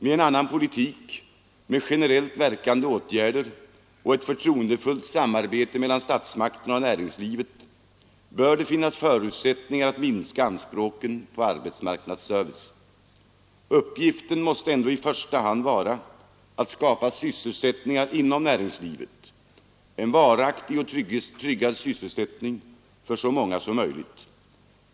En annan politik, med generellt verkande åtgärder och ett förtroendefullt samarbete mellan statsmakterna och näringslivet, bör ge förutsättningar att minska anspråken på arbetsmarknadsservicen. Uppgiften måste ändå i första hand vara att skapa sysselsättning inom näringslivet — en varaktig och tryggad sysselsättning för så många som möjligt.